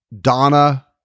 Donna